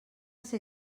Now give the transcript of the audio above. ser